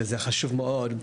והוא חשוב מאוד,